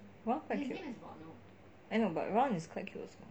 ron quite cute I know but ron is quite cute also